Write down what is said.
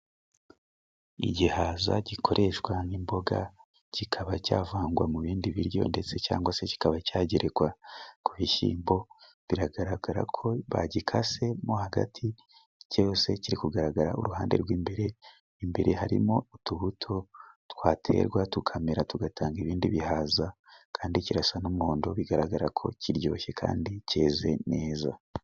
Igihaza gikoreshwa n'imboga kikaba cyavangwa mu bindi biryo ndetse cyangwa se kikaba cyagerekwa ku bishyimbo, biragaragara ko bagikasemo hagati cyose kiri kugaragara uruhande rw'imbere, imbere harimo utubuto twaterwa tukamera tugatanga ibindi bihaza, kandi kirasa n'umuhondo bigaragara ko kiryoshye kandi cyeze neza.